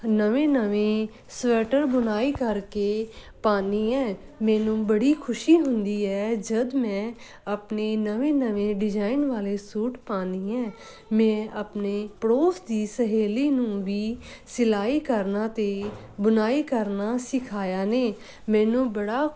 ਨਵੇਂ ਨਵੇਂ ਸਵੈਟਰ ਬੁਣਾਈ ਕਰਕੇ ਪਾਉਂਦੀ ਹੈ ਮੈਨੂੰ ਬੜੀ ਖੁਸ਼ੀ ਹੁੰਦੀ ਹੈ ਜਦ ਮੈਂ ਆਪਣੀ ਨਵੇਂ ਨਵੇਂ ਡਿਜ਼ਾਇਨ ਵਾਲੇ ਸੂਟ ਪਾਉਂਦੀ ਹੈ ਮੈਂ ਆਪਣੇ ਪੜੋਸ ਦੀ ਸਹੇਲੀ ਨੂੰ ਵੀ ਸਿਲਾਈ ਕਰਨਾ ਅਤੇ ਬੁਣਾਈ ਕਰਨਾ ਸਿਖਾਇਆ ਨੇ ਮੈਨੂੰ ਬੜਾ